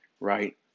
Right